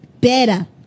better